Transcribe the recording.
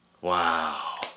Wow